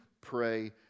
pray